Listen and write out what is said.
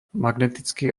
magnetický